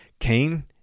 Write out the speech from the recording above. Cain